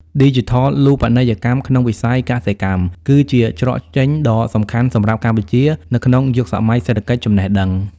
ឌីជីថលូបនីយកម្មក្នុងវិស័យកសិកម្ម គឺជាច្រកចេញដ៏សំខាន់សម្រាប់កម្ពុជានៅក្នុងយុគសម័យសេដ្ឋកិច្ចចំណេះដឹង។